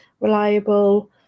reliable